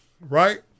right